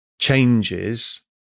changes